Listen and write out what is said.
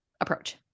approach